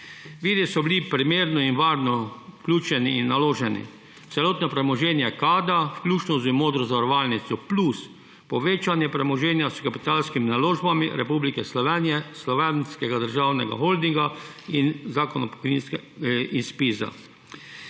Viri so bili primerno in varno vključeni in naloženi. Celotno premoženje Kada, vključno z Modro zavarovalnico, plus povečanje premoženja s kapitalskimi naložbami Republike Slovenije, Slovenskega državnega holdinga in ZPIZ. Predvidena